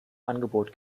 angebot